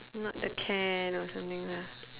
not the can or something lah